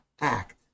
act